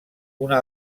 una